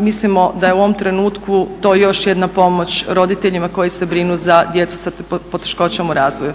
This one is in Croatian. mislimo da je u ovom trenutku to još jedna pomoć roditeljima koji se brinu za djecu sa poteškoćama u razvoju.